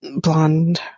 blonde